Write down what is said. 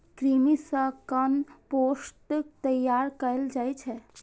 कृमि सं कंपोस्ट तैयार कैल जाइ छै